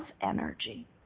energy